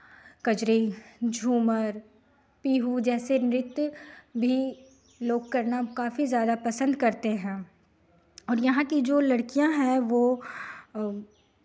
कजरी झूमर बीहू जैसे नृत्य भी लोग करना काफी ज़्यादा पसंद करते हैं और यहाँ की जो लड़कियां हैं वो